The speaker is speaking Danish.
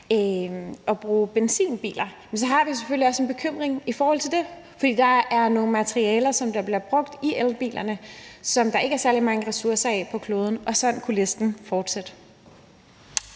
at bruge benzinbiler, selvfølgelig også har en bekymring i forhold til det. For der er nogle materialer, der bliver brugt i elbilerne, som der ikke er særlig mange ressourcer af på kloden, og sådan kunne listen fortsætte.